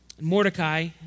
Mordecai